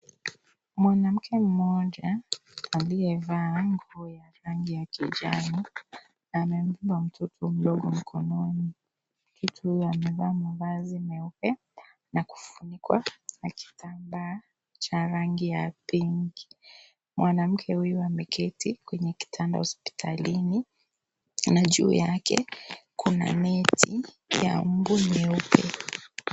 Mwanamke mmoja aliyevaa nguo ya rangi ya kijani amebeba mtoto mdogo mkononi. Mtoto amevaa mavazi meupe na kufunikwa na kitambaa cha rangi ya pink . Mwanamke huyo ameketi kwenye kitanda hospitalini na juu yake kuna neti ya mbu nyeupe.